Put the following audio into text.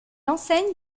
enseigne